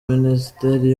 minisiteri